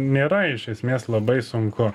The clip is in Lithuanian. nėra iš esmės labai sunku